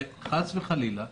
חס וחלילה,